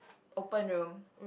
open room